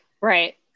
right